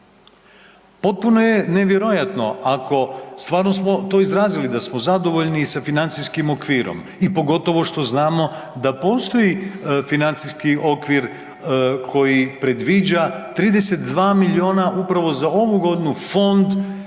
Potpuno je nevjerojatno ako stvarno smo to izrazili da smo zadovoljni i sa financijskim okvirom, i pogotovo što znamo da postoji financijski okvir koji predviđa 32 milijuna upravo za ovu godinu Fond